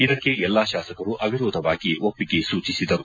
ಇದಕ್ಕೆ ಎಲ್ಲಾ ಶಾಸಕರು ಅವಿರೋಧವಾಗಿ ಒಪ್ಪಿಗೆ ಸೂಚಿಸಿದರು